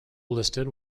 listed